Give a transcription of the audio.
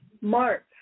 Mark